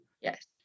Yes